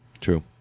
True